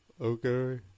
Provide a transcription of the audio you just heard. okay